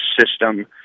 system